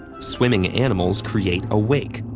swimming animals create a wake,